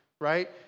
right